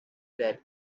that